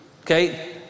Okay